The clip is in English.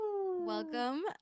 Welcome